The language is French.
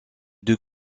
deux